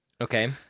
Okay